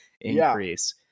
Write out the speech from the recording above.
increase